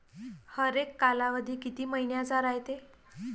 हरेक कालावधी किती मइन्याचा रायते?